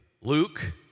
Luke